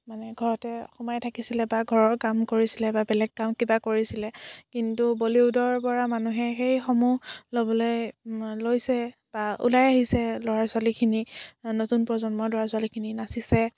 মানে ঘৰতে সোমাই থাকিছিলে বা ঘৰৰ কাম কৰিছিলে বা বেলেগ কাম কিবা কৰিছিলে কিন্তু বলিউডৰ পৰা মানুহে সেইসমূহ ল'বলৈ লৈছে বা ওলাই আহিছে ল'ৰা ছোৱালীখিনি নতুন প্ৰজন্মৰ ল'ৰা ছোৱালীখিনি নাচিছে